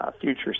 future